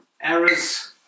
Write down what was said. Errors